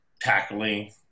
tackling